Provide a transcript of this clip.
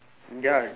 ya